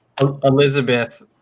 Elizabeth